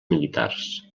militars